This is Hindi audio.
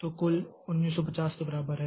तो कुल 1950 के बराबर है